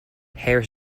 harris